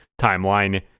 timeline